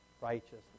righteousness